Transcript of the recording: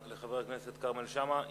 תודה רבה לחבר הכנסת כרמל שאמה.